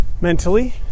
Mentally